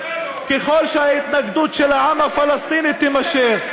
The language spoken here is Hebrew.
ככל שההתנגדות של העם הפלסטיני תימשך,